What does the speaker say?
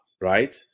right